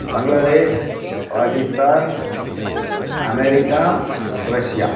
Bangladesh Pakistan America Russia